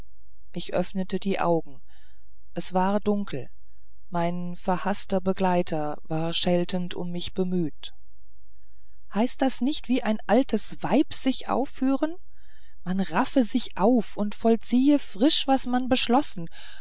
ich öffnete die augen es war dunkel mein verhaßter begleiter war scheltend um mich bemüht heißt das nicht wie ein altes weib sich aufführen man raffe sich auf und vollziehe frisch was man beschlossen